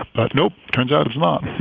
but nope, turns out it's not